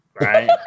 right